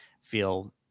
feel